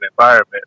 environment